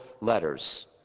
letters